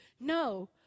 no